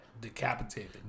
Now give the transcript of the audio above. Decapitated